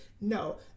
no